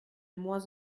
moins